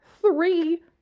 Three